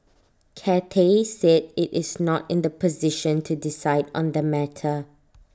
Cathay said IT is not in the position to decide on the matter